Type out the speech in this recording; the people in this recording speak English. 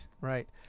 Right